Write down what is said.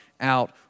out